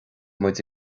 muid